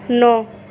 نو